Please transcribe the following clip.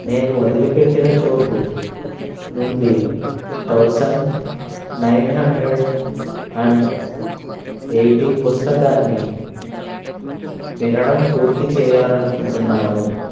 నేను వదిలిపెట్టిన చోటు నుండి thousand nine hundred and eighty పుస్తకాన్ని వినడం పూర్తి చేయాలనుకుంటున్నాను